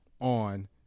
on